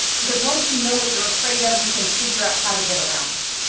because once you know what you're afraid of, you can figure out how to get around it.